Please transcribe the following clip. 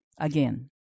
again